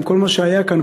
עם כל מה שהיה כאן,